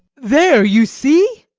there, you see,